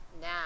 now